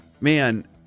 Man